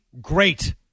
great